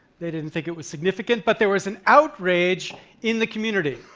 they didn't think it was significant, but there was an outrage in the community.